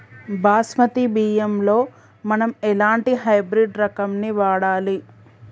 బాస్మతి బియ్యంలో మనం ఎలాంటి హైబ్రిడ్ రకం ని వాడాలి?